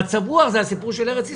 המצב רוח זה הסיפור של ארץ ישראל.